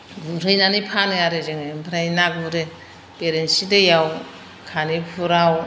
गुरहैनानै फानो आरो जोङो ओमफ्राय ना गुरो बेरेन्सि दैयाव खानिफुराव